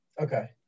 Okay